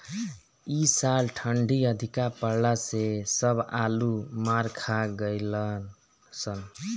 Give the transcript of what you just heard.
इ साल ठंडी अधिका पड़ला से सब आलू मार खा गइलअ सन